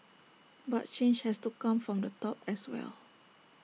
but change has to come from the top as well